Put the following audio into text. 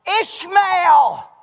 Ishmael